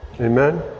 Amen